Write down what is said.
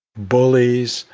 bullies,